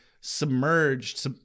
submerged